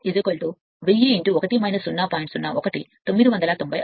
01 కాబట్టి n 0 99 rpm అవుతుంది